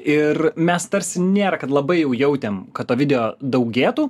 ir mes tarsi nėra kad labai jau jautėm kad to video daugėtų